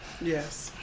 Yes